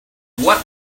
what